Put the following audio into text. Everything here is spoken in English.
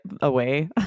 away